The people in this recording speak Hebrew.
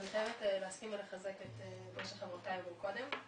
אני חייבת להסכים ולחזק את מה שחברותיי אמרו קודם.